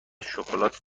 شکلات